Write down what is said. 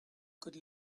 could